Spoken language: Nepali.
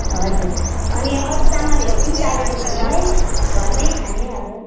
हजुर अनि अरू चामलहरू पनि चाहिएको थियो मलाई घरमै खाने हजुर